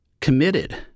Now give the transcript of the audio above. committed